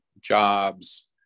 jobs